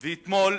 אתמול,